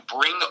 bring